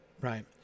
right